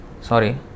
sorry